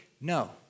no